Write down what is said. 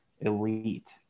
elite